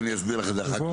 ואני אסביר לך את זה אחר-כך,